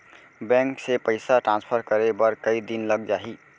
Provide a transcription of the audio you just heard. Bank से पइसा transfer करे बर कई दिन लग जाही?